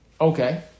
Okay